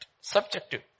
subjective